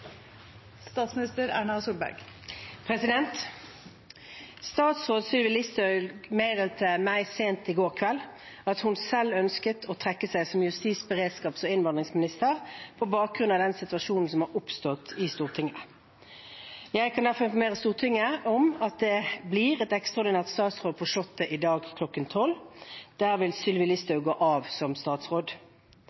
statsminister Erna Solberg. Statsråd Sylvi Listhaug meddelte meg sent i går kveld at hun selv ønsket å trekke seg som justis-, beredskaps- og innvandringsminister på bakgrunn av den situasjonen som har oppstått i Stortinget. Jeg kan derfor informere Stortinget om at det blir et ekstraordinært statsråd på Slottet i dag klokken 12. Der vil Sylvi